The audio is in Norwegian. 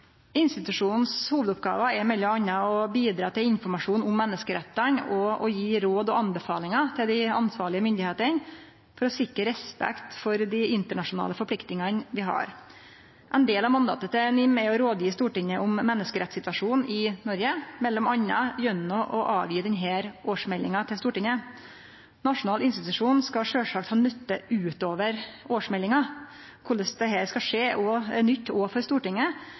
sine hovudoppgåver er m.a. å bidra til informasjon om menneskerettane og gje råd og anbefalingar til dei ansvarlege myndigheitene for å sikre respekt for dei internasjonale forpliktingane vi har. Ein del av mandatet til NIM er å gje råd til Stortinget om menneskerettssituasjonen i Noreg, m.a. gjennom å gje denne årsmeldinga til Stortinget. Noregs nasjonale institusjon skal sjølvsagt ha nytte utover årsmeldinga. Korleis dette skal skje, er nytt òg for Stortinget,